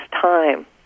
time